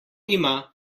ima